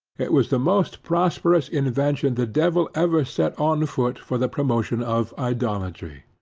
it was the most prosperous invention the devil ever set on foot for the promotion of idolatry.